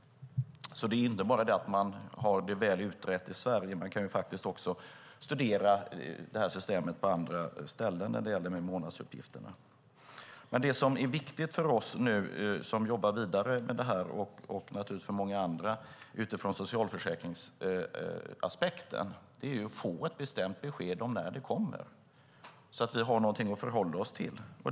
Det är inte bara det att man har det väl utrett i Sverige, utan man kan också studera detta system när det gäller månadsuppgifter på andra ställen. Det som nu är viktigt för oss som jobbar vidare med det här, och naturligtvis för många andra, utifrån socialförsäkringsaspekten är att få ett bestämt besked om när det kommer så att vi har någonting att förhålla oss till.